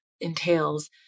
entails